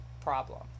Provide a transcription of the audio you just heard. problem